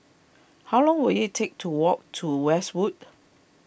how long will it take to walk to Westwood